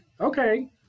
Okay